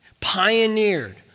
pioneered